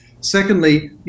Secondly